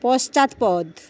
পশ্চাৎপদ